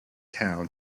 town